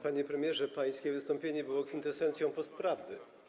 Panie premierze, pańskie wystąpienie było kwintesencją postprawdy.